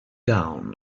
down